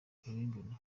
akarengane